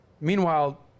meanwhile